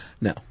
No